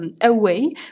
away